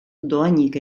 dohainik